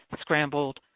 scrambled